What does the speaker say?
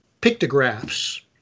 pictographs